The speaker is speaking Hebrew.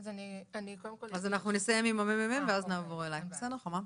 אנחנו נסיים עם הממ"מ ואז נעבור אלייך, חמה.